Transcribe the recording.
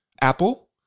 Apple